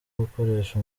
gukoresha